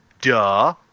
duh